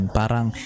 parang